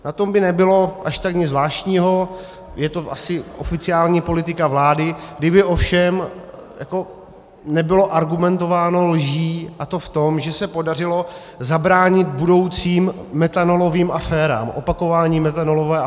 Na tom by nebylo až tak nic zvláštního, je to asi oficiální politika vlády, kdyby ovšem nebylo argumentováno lží, a to v tom, že se podařilo zabránit budoucím metanolovým aférám, opakování metanolové aféry.